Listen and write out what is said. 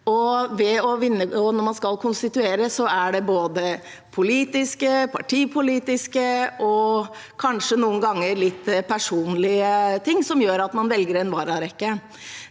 Når man skal konstituere, er det både politiske, partipolitiske og kanskje noen ganger litt personlige ting som gjør at man velger en vararekke.